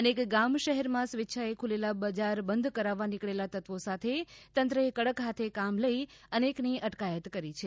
અનેક ગામ શહેરમાં સ્વેચ્છાએ ખુલેલા બજાર બંધ કરાવવા નીકળેલા તત્વો સાથે તંત્રચે કડક હાથે કામ લઈ અનેકની અટકાયત કરી છે